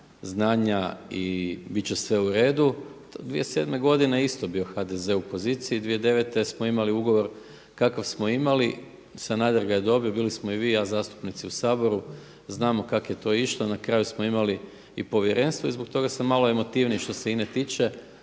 znanja i bit će sve u redu. 2007. godine isto je bio HDZ-e u poziciji i 2009. smo imali ugovor kakav smo imali. Sanader ga je dobio. Bili smo i vi i ja zastupnici u Saboru. Znamo kako je to išlo. Na kraju smo imali i povjerenstvo. I zbog toga sam malo emotivniji što se INA-e tiče